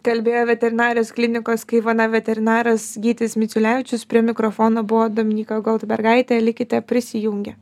kalbėjo veterinarijos klinikos kaivana veterinaras gytis miciulevičius prie mikrofono buvo dominyka goldbergaitė likite prisijungę